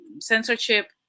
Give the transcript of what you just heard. censorship